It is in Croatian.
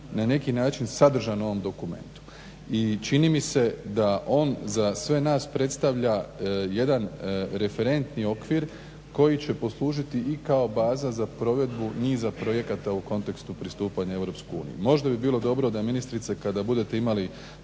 na neki način sadržan u ovom dokumentu i čini mi se da on za sve nas predstavlja jedan referentni okvir koji će poslužiti i kao baza za provedbu niza projekata u kontekstu pristupanja Europskoj uniji. Možda bi bilo dobro da ministrice kada budete imali